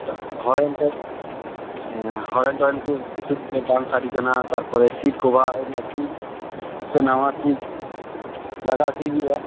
ᱦᱚᱨᱮᱱ ᱠᱚ ᱦᱮᱸ ᱦᱚᱨᱮᱱ ᱩᱱᱠᱩ ᱠᱩᱪᱷᱩ ᱠᱩᱪᱷᱩ ᱵᱟᱝ ᱥᱟᱰᱮ ᱠᱟᱱᱟ ᱛᱟᱨᱯᱚᱨᱮ ᱥᱤᱴ ᱠᱚᱵᱷᱟᱨ ᱚᱱᱟ ᱥᱤᱴ ᱥᱮ ᱱᱟᱣᱟ ᱥᱤᱴ ᱞᱟᱜᱟᱣ ᱚᱪᱚᱭ ᱦᱩᱭᱩᱜᱼᱟ